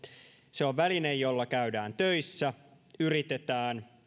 se on väline jolla käydään töissä yritetään